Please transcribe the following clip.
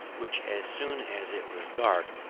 which, as soon as it was dark,